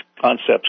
concepts